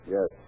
Yes